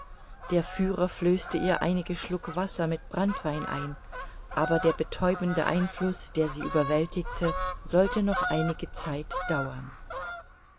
der führer flößte ihr einige schluck wasser mit branntwein ein aber der betäubende einfluß der sie überwältigte sollte noch einige zeit dauern